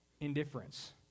indifference